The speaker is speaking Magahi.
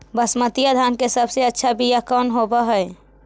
बसमतिया धान के सबसे अच्छा बीया कौन हौब हैं?